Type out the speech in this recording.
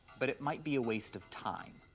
but it might be a waste of time.